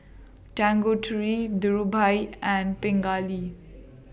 Tanguturi Dhirubhai and Pingali